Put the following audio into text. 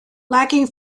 lacking